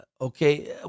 okay